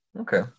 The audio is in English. Okay